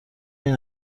این